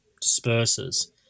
disperses